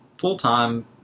full-time